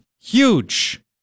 Huge